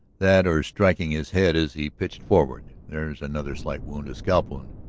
that or striking his head as he pitched forward there's another slight wound, a scalp wound,